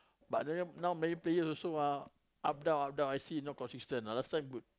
but now Man-U players also ah up down up down not consistent last time good